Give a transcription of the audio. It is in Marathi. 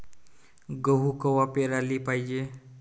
गहू कवा पेराले पायजे?